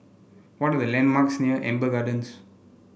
what are the landmarks near Amber Gardens